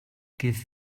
give